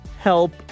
help